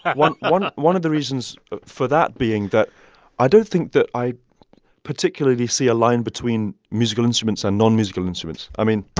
one one of the reasons for that being that i don't think that i particularly see a line between musical instruments and nonmusical instruments. i mean,